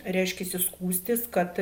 reiškiasi skųstis kad